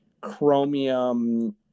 chromium